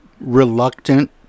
reluctant